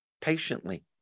patiently